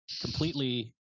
completely